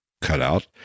cutout